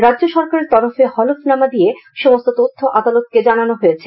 রাজ্য সরকারের তরফে হলফনামা দিয়ে সমস্ত তথ্য আদালতকে জানানো হয়েছে